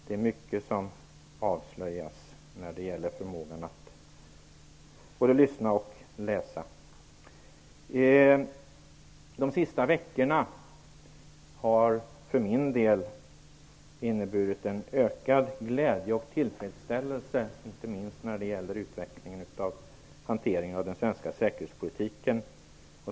Det är mycket som avslöjas när det gäller förmågan att både lyssna och läsa. De sista veckorna har för min del inneburit en ökad glädje och tillfredsställelse när det gäller utvecklingen av hanteringen av den svenska säkerhetspolitiken.